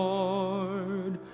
Lord